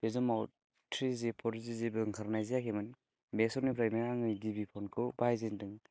बे समाव थ्रिजि फरजि जेबो ओंखारनाय जायाखैमोन बे समनिफ्रायनो आङो गिबि फनखौ बाहायजेन्दों